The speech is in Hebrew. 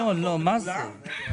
מה זה?